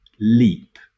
leap